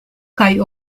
kaj